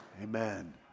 Amen